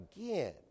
Again